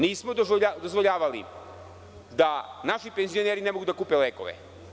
Nismo dozvoljavali da naši penzioneri ne mogu da kupe lekove.